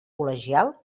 col·legial